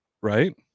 right